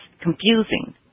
confusing